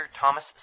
Thomas